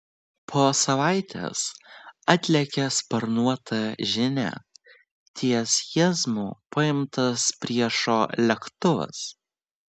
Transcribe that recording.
po savaitės atlėkė sparnuota žinia ties jieznu paimtas priešo lėktuvas